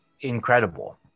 incredible